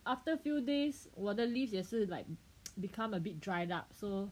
after few days 我的 leaves 也是 like become a bit dried up so